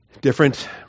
different